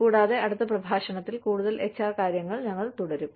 കൂടാതെ അടുത്ത പ്രഭാഷണത്തിൽ കൂടുതൽ എച്ച്ആർ കാര്യങ്ങൾ ഞങ്ങൾ തുടരും